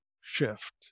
shift